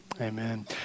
Amen